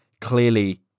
clearly